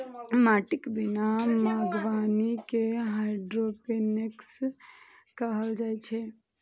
माटिक बिना बागवानी कें हाइड्रोपोनिक्स कहल जाइ छै